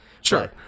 Sure